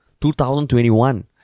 2021